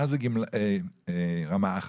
מה זה רמה 1?